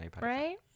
Right